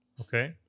okay